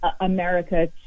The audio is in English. america